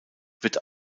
wird